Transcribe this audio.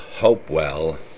Hopewell